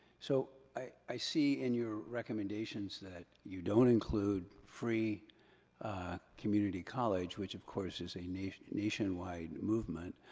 so, i see in your recommendations that you don't include free community college, which of course, is a nationwide nationwide movement.